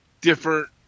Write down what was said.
different